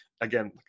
again